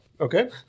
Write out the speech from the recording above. Okay